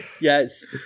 Yes